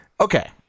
Okay